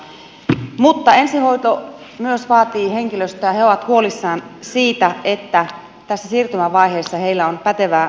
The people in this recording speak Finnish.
mutta ensihoito myös vaatii henkilöstöä ja he ovat huolissaan siitä onko heillä tässä siirtymävaiheessa pätevää henkilökuntaa